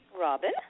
Robin